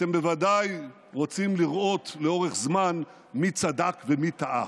אתם בוודאי רוצים לראות לאורך זמן מי צדק ומי טעה.